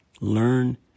Learn